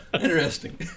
Interesting